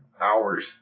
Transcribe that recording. hours